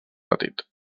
petit